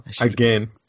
again